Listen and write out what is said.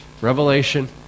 revelation